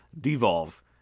devolve